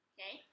Okay